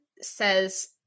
says